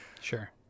sure